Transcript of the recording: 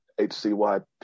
hcyp